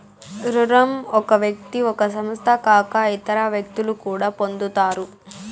రుణం ఒక వ్యక్తి ఒక సంస్థ కాక ఇతర వ్యక్తులు కూడా పొందుతారు